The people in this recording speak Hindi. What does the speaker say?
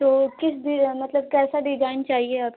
तो किस डिजाइन मतलब कैसा डिजाइन चाहिए आपको